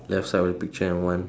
left side of the picture and one